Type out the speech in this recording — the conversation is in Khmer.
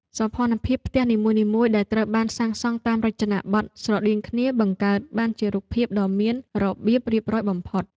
សោភ័ណភាពផ្ទះនីមួយៗដែលត្រូវបានសាងសង់តាមរចនាបថស្រដៀងគ្នបង្កើតបានជារូបភាពដ៏មានរបៀបរៀបរយបំផុត។